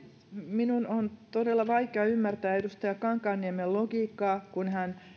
minun on todella vaikea ymmärtää edustaja kankaanniemen logiikkaa kun hän